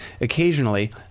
Occasionally